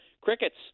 crickets